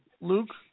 Luke